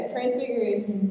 Transfiguration